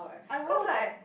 I was eh